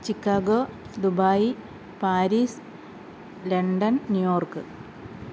Chicago Dubai Paris London New York